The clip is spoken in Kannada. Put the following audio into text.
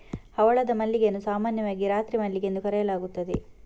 ಹವಳದ ಮಲ್ಲಿಗೆಯನ್ನು ಸಾಮಾನ್ಯವಾಗಿ ರಾತ್ರಿ ಮಲ್ಲಿಗೆ ಎಂದು ಕರೆಯಲಾಗುತ್ತದೆ